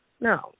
No